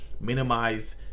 minimize